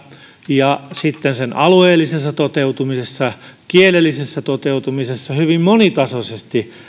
ja sen alueellisessa toteutumisessa ja kielellisessä toteutumisessa hyvin monitasoisesti